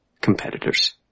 competitors